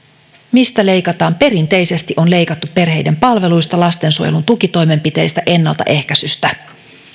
mistä leikataan perinteisesti on leikattu perheiden palveluista lastensuojelun tukitoimenpiteistä ennaltaehkäisystä